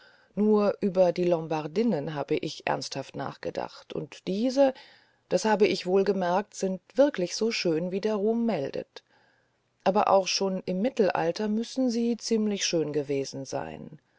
nur über die lombardinnen habe ich ernsthaft nachgedacht und diese das habe ich wohl gemerkt sind wirklich so schön wie der ruhm meldet aber auch schon im mittelalter müssen sie ziemlich schön gewesen sein